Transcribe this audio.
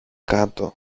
κάτω